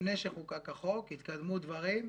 לפני שחוקק החוק התקדמו דברים.